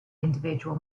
individual